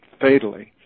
fatally